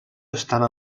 estava